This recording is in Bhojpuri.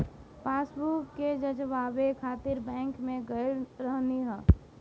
पासबुक के जचवाए खातिर बैंक में गईल रहनी हअ